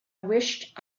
wished